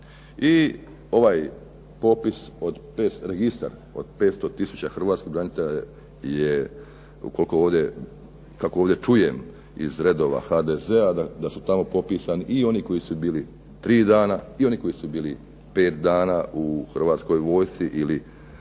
i ovaj popis, registar od 500 tisuća hrvatskih branitelja je, kako ovdje čujem iz redova HDZ-a, da su tamo popisani i oni koji su bili tri dana i oni koji su bili pet dana u Hrvatskoj vojsci ili